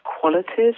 qualities